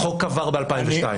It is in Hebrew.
החוק עבר ב-2002.